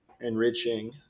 enriching